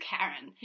Karen